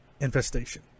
infestation